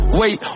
wait